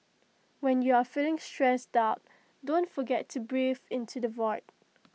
when you are feeling stressed out don't forget to breathe into the void